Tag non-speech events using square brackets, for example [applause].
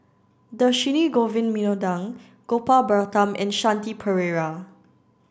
Dhershini Govin [unintelligible] Gopal Baratham and Shanti Pereira